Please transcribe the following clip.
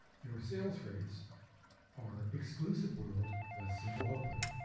your sales rights are exclusive world less zimbabwe,